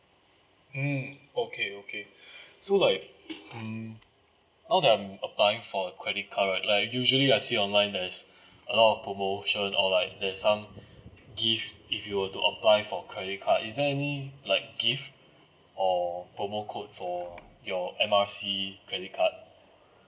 mm okay okay so like mm now that I'm applying for a credit card right like usually I see online there's a lot of promotion or like there's some gift if you were to apply for credit card is there any like gift or promo code for your M R C credit card